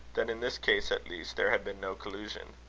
that in this case at least there had been no collusion.